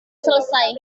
selesai